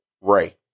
Ray